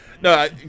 no